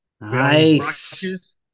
nice